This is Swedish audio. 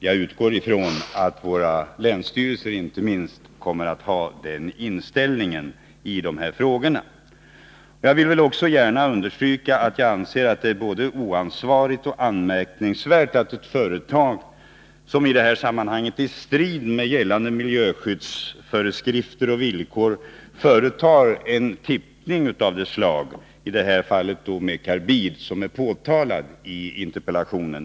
Jag utgår från att inte minst våra länsstyrelser kommer att ha den inställningen i dessa frågor. Jag vill också gärna understryka att jag anser det oansvarigt och anmärkningsvärt att ett företag i strid med gällande miljöskyddsföreskrifter och villkor företar en tippning av det slag som är påtalat i interpellationen, nämligen av karbid.